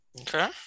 Okay